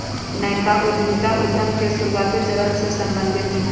नयका उद्यमिता उद्यम के शुरुआते चरण से सम्बंधित हइ